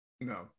No